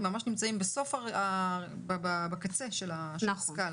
הם ממש נמצאים בקצה של הסקאלה.